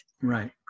right